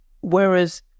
Whereas